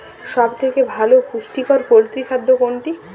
সব থেকে ভালো পুষ্টিকর পোল্ট্রী খাদ্য কোনটি?